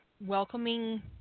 welcoming